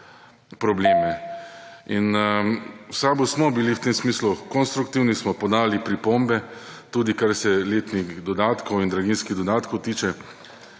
probleme. V SAB smo bili v tem smislu konstruktivni, smo podali pripombe, tudi kar se letnih dodatkov in draginjskih dodatkov tiče.